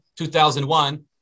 2001